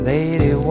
Lady